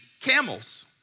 camels